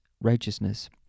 righteousness